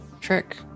trick